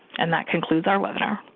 and that concludes our webinar.